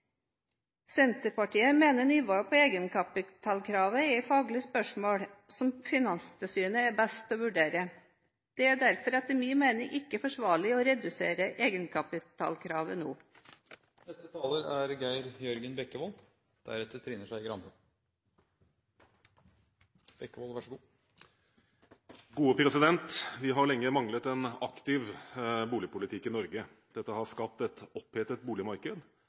Senterpartiet mener nivået på egenkapitalkravet er et faglig spørsmål som Finanstilsynet er best til å vurdere. Det er etter min mening derfor ikke forsvarlig å redusere egenkapitalkravet nå. Vi har lenge manglet en aktiv boligpolitikk i Norge. Dette har skapt et opphetet boligmarked,